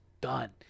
done